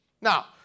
Now